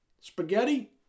spaghetti